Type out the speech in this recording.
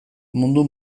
mundu